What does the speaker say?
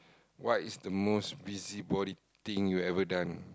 what is the most busybody thing you ever done